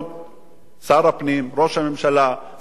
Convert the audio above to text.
שר הפנים, ראש הממשלה, שר המשפטים,